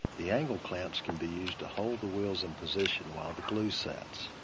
the angle clamps can be used to hold the wheels in position while the glue sets.